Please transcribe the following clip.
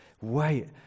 Wait